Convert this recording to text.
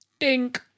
tink